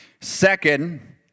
second